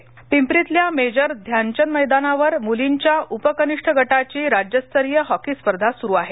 क्रीडा पिंपरीतल्या मेजर ध्यानचंद मैदानावर मुलींच्या उप कनिष्ठ गटाची राज्यस्तरीय हॉकी स्पर्धा सुरु आहे